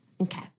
Okay